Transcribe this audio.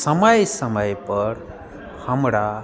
समय समयपर हमरा